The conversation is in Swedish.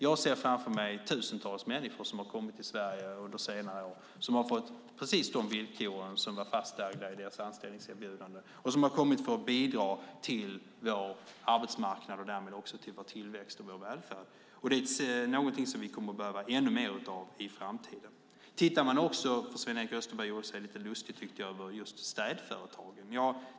Jag ser framför mig tusentals människor som har kommit till Sverige under senare år som har fått precis de villkor som var fastlagda i deras anställningserbjudande och som har kommit för att bidra till vår arbetsmarknad och därmed också till vår tillväxt och välfärd. Det är något som vi kommer att behöva ännu mer av i framtiden. Sven-Erik Österberg tyckte jag gjorde sig lite lustig över just städföretagen.